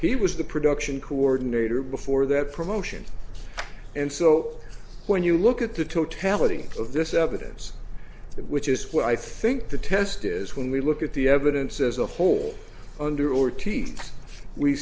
he was the production coordinator before that promotion and so when you look at the totality of this evidence which is what i think the test is when we look at the evidence as a whole under or